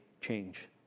change